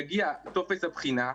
יגיע טופס הבחינה,